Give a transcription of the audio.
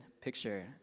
picture